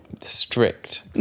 strict